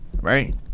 Right